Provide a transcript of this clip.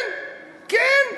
כן כן.